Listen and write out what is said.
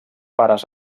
pares